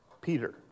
Peter